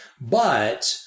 But-